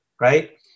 right